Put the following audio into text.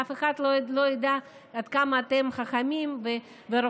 אף אחד לא ידע עד כמה אתם חכמים ורוחניים,